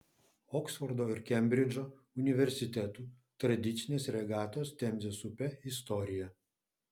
oksfordo ir kembridžo universitetų tradicinės regatos temzės upe istorija